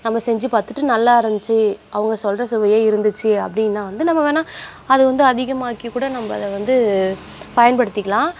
நம்ம செஞ்சுப் பார்த்துட்டு நல்லா இருந்துச்சி அவங்க சொல்கிற சுவையே இருந்துச்சு அப்படின்னா வந்து நம்ம வேணால் அது வந்து அதிகமாக்கிக்கூட நம்ம அதை வந்து பயன்படுத்திக்கலாம்